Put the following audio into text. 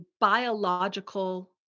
biological